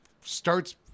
starts